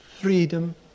freedom